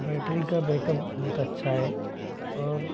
battery का backup बहुत अच्छा है और